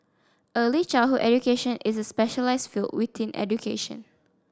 early childhood education is a specialised field within education